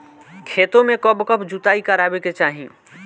खेतो में कब कब जुताई करावे के चाहि?